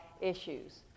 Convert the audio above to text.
issues